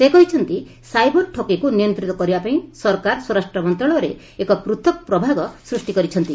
ସେ କହିଛନ୍ତି ସାଇବର ଠକେଇକୁ ନିୟନ୍ତିତ କରିବାପାଇଁ ସରକାର ସ୍ପରାଷ୍ଟ୍ର ମନ୍ତ୍ରଣାଳୟରେ ଏକ ପୃଥକ ପ୍ରଭାଗ ସୃଷ୍ଟି କରିଛନ୍ତି